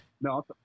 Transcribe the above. No